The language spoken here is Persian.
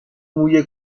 موی